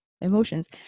emotions